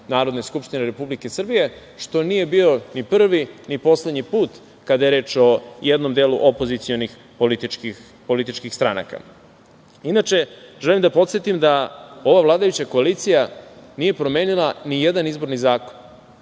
Narodne skupštine Republike Srbije, što nije bio ni prvi, ni poslednji put kada je reč o jednom delu opozicionih političkih stranaka. Inače, želim da podsetim da ova vladajuća koalicija nije promenila nijedan izborni zakon,